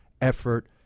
effort